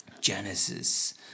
Genesis